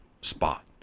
spot